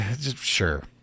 Sure